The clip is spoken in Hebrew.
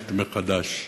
והוגנת מחדש.